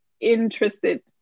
interested